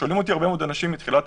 יש יותר הדבקה במקומות סגורים.